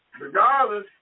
regardless